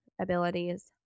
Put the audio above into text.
abilities